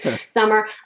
summer